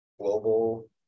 global